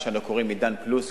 מה שאנחנו קוראים "עידן פלוס".